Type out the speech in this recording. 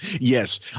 yes